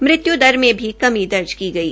मृत्यु दर में भी कमी दर्ज की गई